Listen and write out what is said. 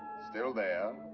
still there?